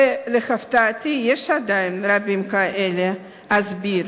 ולהפתעתי יש עדיין רבים כאלה, אסביר.